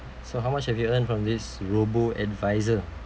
so how much have you earn from this robo-advisor